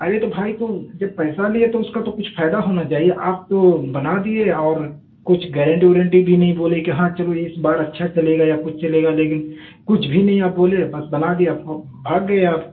ارے تو بھائی تم جب پیسہ لیے تو اس کا تو کچھ فائدہ ہونا چاہیے آپ تو بنا دیے اور کچھ گارنٹی وارنٹی بھی نہیں بولے کہ ہاں چلو اس بار اچھا چلے گا یا کچھ چلے گا لیکن کچھ بھی نہیں آپ بولے بس بنا دیے بھاگ گئے آپ